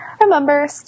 Remember